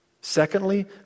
Secondly